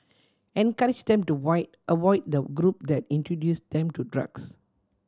encourage them to void avoid the group that introduce them to drugs